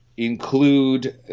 Include